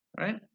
right